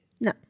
No